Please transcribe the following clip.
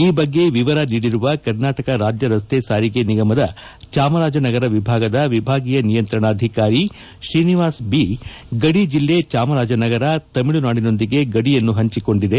ಈ ಬಗ್ಗೆ ವಿವರ ನೀಡಿರುವ ಕರ್ನಾಟಕ ರಾಜ್ಯ ರಸ್ತೆ ಸಾರಿಗೆ ನಿಗಮದ ಚಾಮರಾಜನಗರ ವಿಭಾಗದ ವಿಭಾಗೀಯ ನಿಯಂತ್ರಣಾಧಿಕಾರಿ ಶ್ರೀನಿವಾಸ್ ಬಿ ಗಡಿ ಜಿಲ್ಲೆ ಜಾಮರಾಜನಗರವು ತಮಿಳುನಾಡಿನೊಂದಿಗೆ ಗಡಿಯನ್ನು ಪಂಚಿಕೊಂಡಿದೆ